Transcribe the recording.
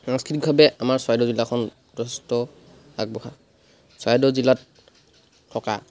সাংস্কৃতিকভাৱে আমাৰ চৰাইদেউ জিলাখন যথেষ্ট আগবঢ়া চৰাইদেউ জিলাত থকা